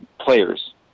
players